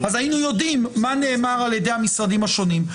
אז היינו יודעים מה נאמר על ידי המשרדים השונים.